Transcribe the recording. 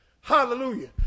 hallelujah